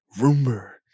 rumor